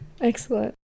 Excellent